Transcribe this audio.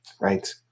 Right